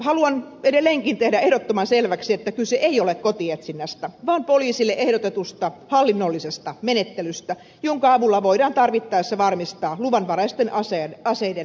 haluan edelleenkin tehdä ehdottoman selväksi että kyse ei ole kotietsinnästä vaan poliisille ehdotetusta hallinnollisesta menettelystä jonka avulla voidaan tarvittaessa varmistaa luvanvaraisten aseiden asianmukainen säilytys